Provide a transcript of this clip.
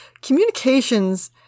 communications